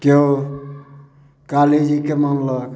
केओ काली जीके मानलक